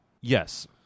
Yes